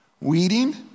Weeding